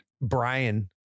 brian